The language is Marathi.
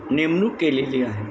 नेमणूक केलेली आहे